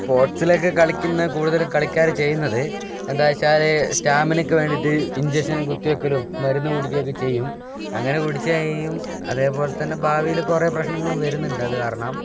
സ്പോർട്ട്സിലൊക്കെ കളിക്കുന്ന കൂടുതലും കളിക്കാർ ചെയ്യുന്നത് എന്താണെന്നു വച്ചാൽ സ്റ്റാമിനയ്ക്ക് വേണ്ടിയിട്ട് ഇഞ്ചക്ഷനും കുത്തി വയ്ക്കലും മരുന്ന് കുടിക്കുകയൊക്കെ ചെയ്യും അങ്ങനെ കുടിച്ച് കഴിയും അതെപോലെത്തന്നെ ഭാവിയിൽ കുറേ പ്രശ്നങ്ങളും വരുന്നുണ്ട് അതു കാരണം